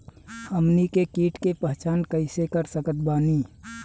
हमनी के कीट के पहचान कइसे कर सकत बानी?